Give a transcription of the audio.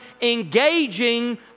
engaging